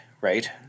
Right